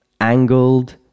angled